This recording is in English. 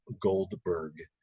Goldberg